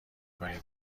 کاری